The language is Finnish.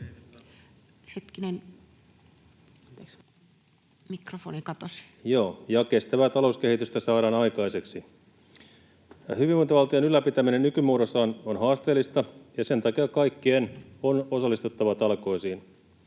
kestävää talouskehitystä saadaan aikaiseksi. Hyvinvointivaltion ylläpitäminen nykymuodossaan on haasteellista, ja sen takia kaikkien on osallistuttava talkoisiin.